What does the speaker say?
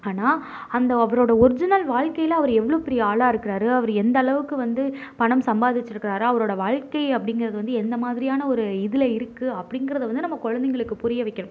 ஆனால் அந்த அவரோடய ஒரிஜினல் வாழ்க்கையில் அவர் எவ்வளோ பெரிய ஆளாக இருக்கிறாரு அவர் எந்தளவுக்கு வந்து பணம் சம்பாதிச்சிருக்கிறாரு அவரோடய வாழ்க்கை அப்படிங்கிறது வந்து எந்தமாதிரியான ஒரு இதில் இருக்குது அப்படிங்கிறத வந்து நம்ம குழந்தைங்களுக்கு புரிய வைக்கணும்